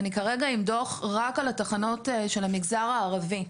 אני כרגע עם דוח רק על התחנות של המגזר הערבי.